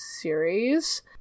series